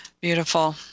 Beautiful